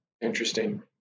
Interesting